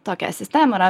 tokia sistema yra